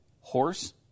horse